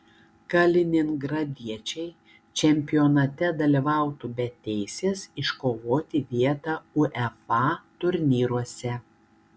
kaliningradiečiai čempionate dalyvautų be teisės iškovoti vietą uefa turnyruose